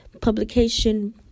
publication